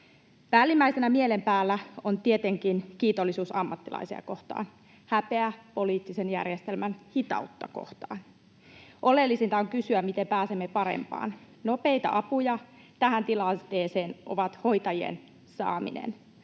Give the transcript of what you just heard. Päällimmäisenä mielen päällä on tietenkin kiitollisuus ammattilaisia kohtaan, häpeä poliittisen järjestelmän hitautta kohtaan. Oleellisinta on kysyä, miten pääsemme parempaan. Nopea apu tähän tilanteeseen on hoitajien saaminen.